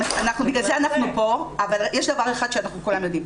בגלל זה אנחנו פה, אבל יש דבר אחד שכולנו יודעים.